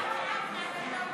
שנאה בשל נטייה מינית,